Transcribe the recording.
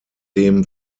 dem